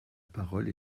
parole